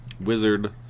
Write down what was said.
Wizard